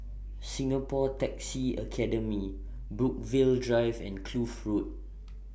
Singapore Taxi Academy Brookvale Drive and Kloof Road